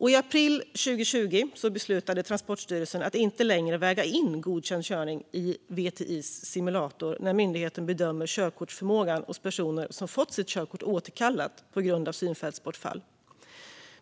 I april 2020 beslutade Transportstyrelsen att inte längre väga in godkänd körning i VTI:s simulator när myndigheten bedömer körkortsförmågan hos personer som fått sitt körkort återkallat på grund av synfältsbortfall.